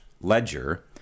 ledger